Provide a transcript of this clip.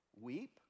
Weep